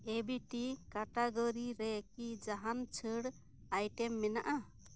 ᱮ B T category ᱨᱮ ᱠᱤ ᱡᱟᱦᱟᱸᱱ ᱪᱷᱟᱹᱲ ᱟᱭᱴᱮᱢ ᱢᱮᱱᱟᱜ ᱟ